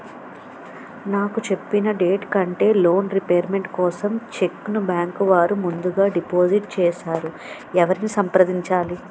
నాకు చెప్పిన డేట్ కంటే లోన్ రీపేమెంట్ కోసం చెక్ ను బ్యాంకు వారు ముందుగా డిపాజిట్ చేసారు ఎవరిని సంప్రదించాలి?